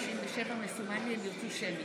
לא אומר את זה,